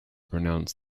pronounce